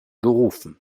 gerufen